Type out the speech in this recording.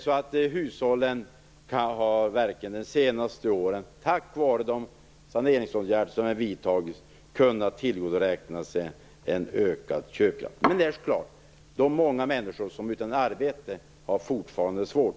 Tack vare de saneringsåtgärder som vi vidtagit har hushållen de senaste åren verkligen kunnat tillgodoräkna sig en ökad köpkraft. Men de många människor som är utan arbete har det fortfarande svårt.